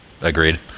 Agreed